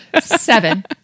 seven